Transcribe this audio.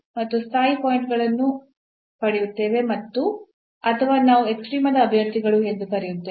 ನಾವು ಸ್ಥಾಯಿ ಪಾಯಿಂಟ್ ಅನ್ನು ಪಡೆಯುತ್ತೇವೆ ಅಥವಾ ನಾವು ಎಕ್ಸ್ಟ್ರೀಮದ ಅಭ್ಯರ್ಥಿಗಳು ಎಂದು ಕರೆಯುತ್ತೇವೆ